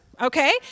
okay